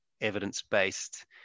evidence-based